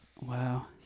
Wow